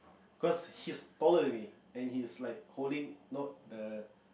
cause he's taller than me and he's like holding not the